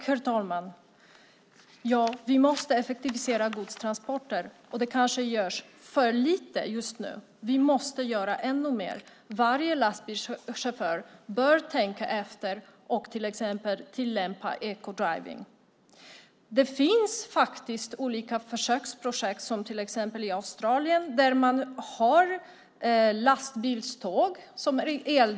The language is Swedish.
Herr talman! Vi måste effektivisera godstransporter. Det kanske görs för lite just nu. Vi måste göra ännu mer. Varje lastbilschaufför bör tänka efter och till exempel tillämpa eco-driving . Det finns olika försöksprojekt. I till exempel Australien har man eldrivna lastbilståg.